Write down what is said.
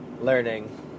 learning